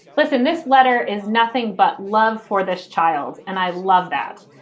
listen, this letter is nothing but love for this child. and i love that.